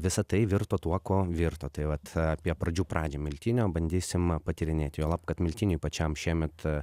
visa tai virto tuo kuo virto tai vat apie pradžių pradžią miltinio bandysim patyrinėti juolab kad miltiniui pačiam šiemet